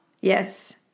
Yes